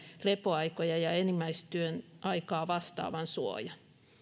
lepoaikoja ja enimmäistyöaikaa vastaavan suojan